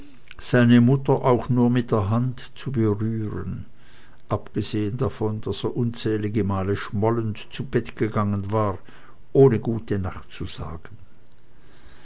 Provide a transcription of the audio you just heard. seine mutter auch nur mit der hand zu berühren abgesehen davon daß er unzählige male schmollend zu bett gegangen war ohne gutenacht zu sagen